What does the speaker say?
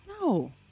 No